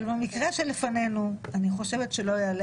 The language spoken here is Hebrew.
אבל במקרה שלפנינו אני חושבת שלא יעלה